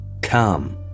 Come